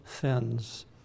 sins